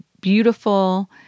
beautiful